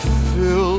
fill